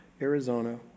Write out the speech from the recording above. Arizona